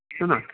श्रुणोतु